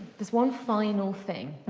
there's one final thing.